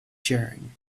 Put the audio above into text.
sharing